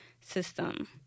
system